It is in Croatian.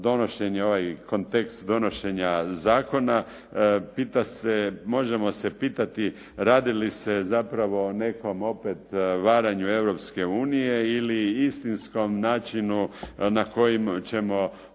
zapravo kontekst donošenja zakona možemo se pitati radi li se zapravo o nekom opet varanju Europske unije ili istinskom načinu na koji ćemo pokušati